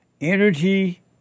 energy